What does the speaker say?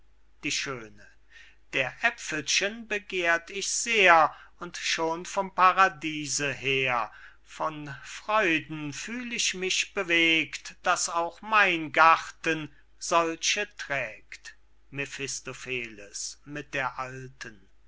die schöne der aepfelchen begehrt ihr sehr und schon vom paradiese her von freuden fühl ich mich bewegt daß auch mein garten solche trägt mephistopheles mit der alten